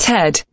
Ted